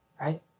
right